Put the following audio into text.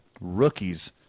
rookies